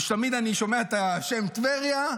ותמיד כשאני שומע את השם טבריה,